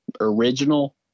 original